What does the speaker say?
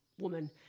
woman